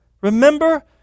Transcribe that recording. Remember